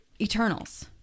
Eternals